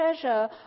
treasure